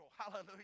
Hallelujah